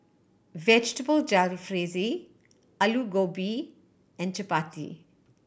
Vegetable Jalfrezi Alu Gobi and Chapati